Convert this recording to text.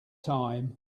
time